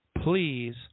please